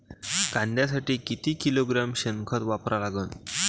कांद्यासाठी किती किलोग्रॅम शेनखत वापरा लागन?